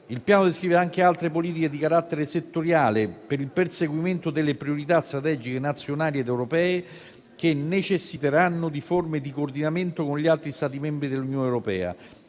Il Piano descrive anche altre politiche di carattere settoriale per il perseguimento delle priorità strategiche nazionali ed europee che necessiteranno di forme di coordinamento con gli altri Stati membri dell'Unione europea: